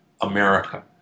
America